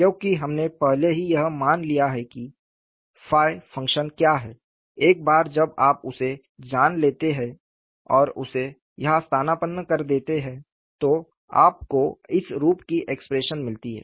क्योंकि हमने पहले ही यह मान लिया है कि फी फंक्शन क्या है एक बार जब आप उसे जान लेते हैं और उसे यहां स्थानापन्न कर देते हैं तो आपको इस रूप की एक्सप्रेशन मिलती है